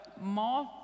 More